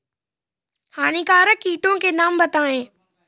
हानिकारक कीटों के नाम बताएँ?